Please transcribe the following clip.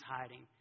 hiding